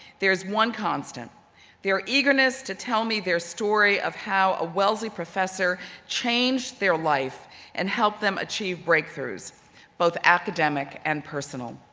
there is one constant their eagerness to tell me their story of how a wellesley professor changed their life and helped them achieve breakthroughs both academic and personal.